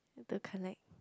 the connect